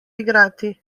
igrati